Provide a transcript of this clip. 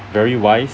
very wise